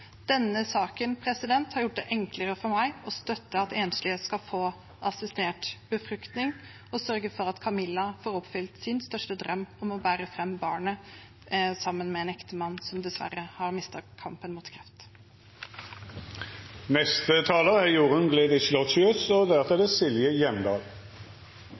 Denne saken har gjort det enklere for meg å støtte at enslige skal få assistert befruktning, og sørge for at Camilla får oppfylt sin største drøm om å bære fram barnet sammen med en ektemann, som hun dessverre har mistet i kampen mot